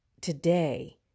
today